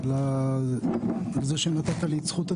כן, כן, תגיד.